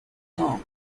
song